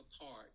apart